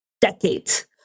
decades